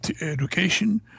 education